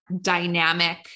dynamic